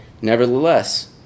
Nevertheless